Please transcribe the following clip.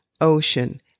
Ocean